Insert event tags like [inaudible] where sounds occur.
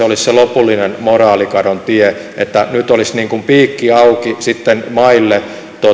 [unintelligible] olisi se lopullinen moraalikadon tie että nyt olisi niin kuin piikki auki sitten maille